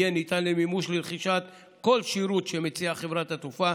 ויהיה ניתן למימוש לרכישת כל שירות שמציעה חברת התעופה,